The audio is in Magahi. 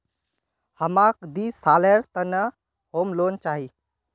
हमाक दी सालेर त न होम लोन चाहिए